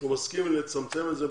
שהוא מסכים לצמצם את זה,